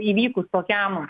įvykus tokiam